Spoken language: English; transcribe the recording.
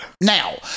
Now